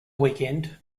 weekend